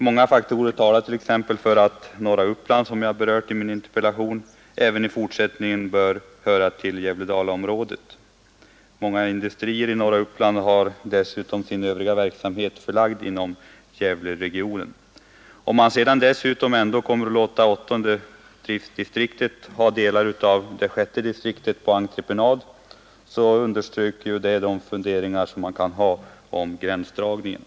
Många faktorer talar t.ex. för att norra Uppland, som jag berört i min interpellation, även i fortsättningen bör höra till Gävle-Dalaområdet. Många industrier i norra Uppland har dessutom sin övriga verksamhet förlagd inom Gävleregionen. Om man sedan dessutom ändå kommer att låta åttonde driftdistriktet ha delar av sjätte distriktet på entreprenad, så understryker detta de funderingar man kan ha om gränsdragningen.